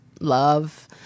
love